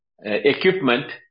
equipment